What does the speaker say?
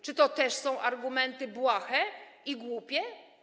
Czy to też są argumenty błahe i głupie?